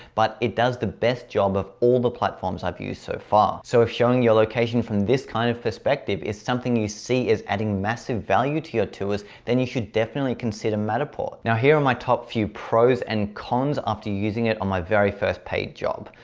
but it does the best job of all the platforms i've used so far. so if showing your location from this kind of perspective is something you see is adding massive value to your tours, then you should definitely consider matterport. now here are my top few pros and cons, after using it on my very first paid job.